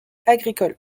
agricole